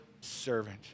servant